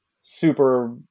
super